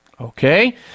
Okay